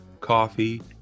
coffee